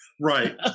right